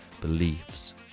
beliefs